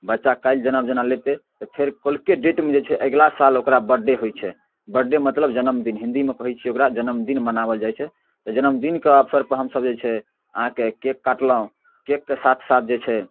बच्चा काल्हि जनम जेना लेतै तऽ फेर कल्हुके डेटमे जे छै अगिला साल ओकरा बड्डे होइ छै बड्डे मतलब जन्मदिन हिन्दीमे कहै छियै ओकरा जन्मदिन मनाबल जाइ छै तऽ जन्मदिनके अवसरपर हमसभ जे छै अहाँके केक काटलहुँ केकके साथ साथ जे छै